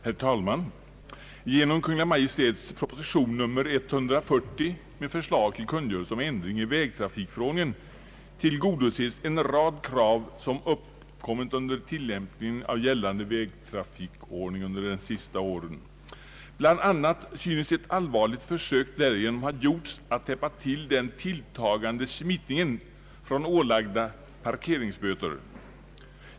Herr talman! Genom Kungl. Maj:ts proposition nr 140 med förslag till kungörelse om ändring i vägtrafikförordningen tillgodoses en rad krav som uppkommit vid tillämpningen av gällande vägtrafikförordning under de senaste åren. Bland annat synes ett allvarligt försök därigenom ha gjorts att täppa till den tilltagande smitningen från ålagda parkeringsböter.